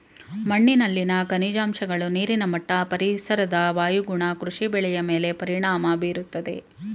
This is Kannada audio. ಮಣ್ಣಿನಲ್ಲಿನ ಖನಿಜಾಂಶಗಳು, ನೀರಿನ ಮಟ್ಟ, ಪರಿಸರದ ವಾಯುಗುಣ ಕೃಷಿ ಬೆಳೆಯ ಮೇಲೆ ಪರಿಣಾಮ ಬೀರುತ್ತದೆ